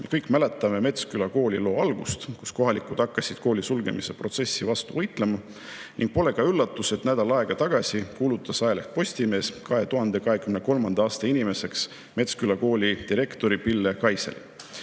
Kõik me mäletame Metsküla kooli loo algust, kus kohalikud hakkasid kooli sulgemise protsessi vastu võitlema. Ning pole ka üllatus, et nädal aega tagasi kuulutas ajaleht Postimees 2023. aasta inimeseks Metsküla kooli direktori Pille Kaiseli.